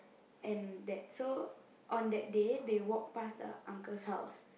and that so on that day they walk past the uncle's house